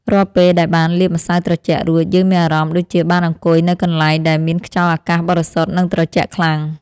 រាល់ពេលដែលបានលាបម្សៅត្រជាក់រួចយើងមានអារម្មណ៍ដូចជាបានអង្គុយនៅកន្លែងដែលមានខ្យល់អាកាសបរិសុទ្ធនិងត្រជាក់ខ្លាំង។